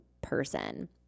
person